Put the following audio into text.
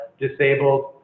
disabled